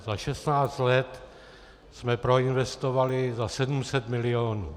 Za šestnáct let jsme proinvestovali za 700 milionů.